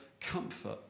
comfort